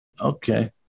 Okay